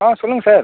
ஆ சொல்லுங்கள் சார்